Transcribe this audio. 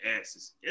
asses